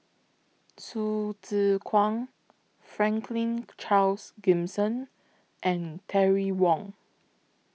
Hsu Tse Kwang Franklin Charles Gimson and Terry Wong